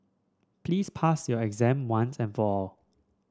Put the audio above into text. please pass your exam once and for all